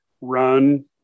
run